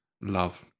Love